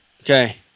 Okay